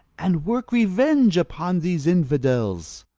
and work revenge upon these infidels.